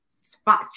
Spot